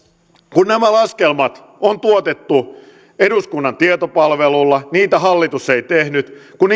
nämä laskelmat on tuotettu eduskunnan tietopalvelulla niitä hallitus ei tehnyt ja kun